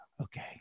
okay